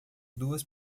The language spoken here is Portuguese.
duas